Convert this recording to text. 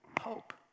hope